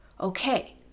okay